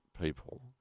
people